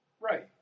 Right